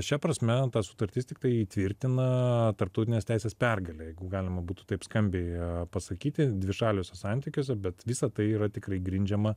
šia prasme ta sutartis tiktai įtvirtina tarptautinės teisės pergalę jeigu galima būtų taip skambiai pasakyti dvišaliuose santykiuose bet visa tai yra tikrai grindžiama